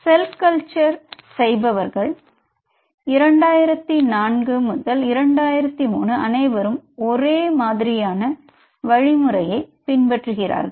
செல் culture செய்பவர்கள் 2004 2003 அனைவரும் ஒரே மாதிரியான வழி முறையை பின்பற்றுகிறார்கள்